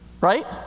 Right